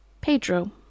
Pedro